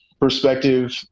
perspective